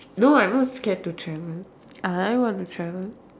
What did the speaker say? no I'm not scared to travel I want to travel